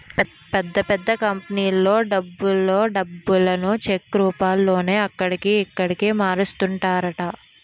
పెద్ద పెద్ద కంపెనీలలో డబ్బులలో డబ్బును చెక్ రూపంలోనే అక్కడికి, ఇక్కడికి మారుస్తుంటారట